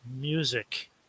music